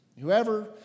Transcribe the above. Whoever